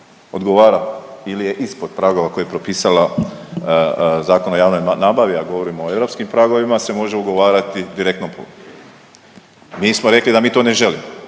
odgovara ili je ispod pragova koje je propisala Zakon o javnoj nabavi, a govorimo o europskim pragovima se može ugovarati direktno .../Govornik se ne